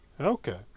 Okay